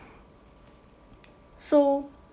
so